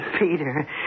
Peter